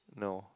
no